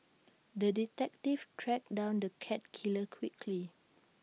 the detective tracked down the cat killer quickly